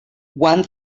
one